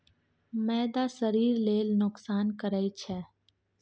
मैदा शरीर लेल नोकसान करइ छै